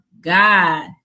God